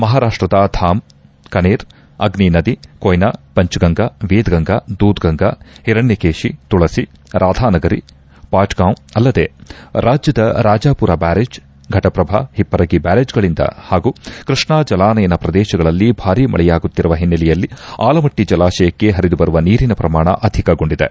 ಮಹಾರಾಷ್ಷದ ಧಾಮ್ ಕನೇರ್ ಅಗ್ನಿ ನದಿ ಕೊಯ್ನಾ ಪಂಚ್ಗಂಗಾ ವೇದ್ಗಂಗಾ ದೂದ್ಗಂಗಾ ಹಿರಣ್ಣಕೇಷಿ ತುಳಸಿ ರಾಧಾನಗರಿ ಪಾಟ್ಗಾಂವ್ ಅಲ್ಲದೇ ರಾಜ್ಯದ ರಾಜಾಮರ ಬ್ಲಾರೇಜ್ ಫೆಟಪ್ರಭಾ ಹಿಪ್ಪರಗಿ ಬ್ಲಾರೇಜ್ಗಳಂದ ಹಾಗೂ ಕೃಷ್ಣಾ ಜಲಾನಯನ ಪ್ರದೇಶಗಳಲ್ಲಿ ಭಾರೀ ಮಳೆಯಾಗುತ್ತಿರುವ ಹಿನ್ನೆಲೆಯಲ್ಲಿ ಆಲಮಟ್ಟಿ ಜಲಾಶಯಕ್ಕೆ ಹರಿದು ಬರುವ ನೀರಿನ ಶ್ರಮಾಣ ಅಧಿಕಗೊಂಡಿದೆ